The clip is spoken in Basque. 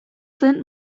zen